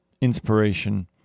inspiration